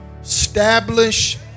establish